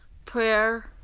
prayer,